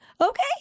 Okay